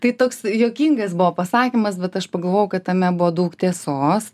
tai toks juokingas buvo pasakymas bet aš pagalvojau kad tame buvo daug tiesos